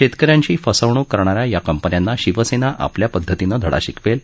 शेतकऱ्यांची फसवणूक करणाऱ्या या कंपन्यांना शिवसेना आपल्या पदधतीनं धडा शिकवेल